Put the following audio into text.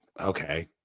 okay